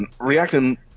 reacting